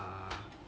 uh